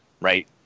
right